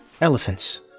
elephants